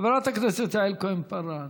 חברת הכנסת יעל כהן-פארן,